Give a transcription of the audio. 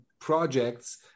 projects